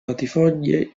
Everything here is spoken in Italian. latifoglie